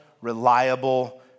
reliable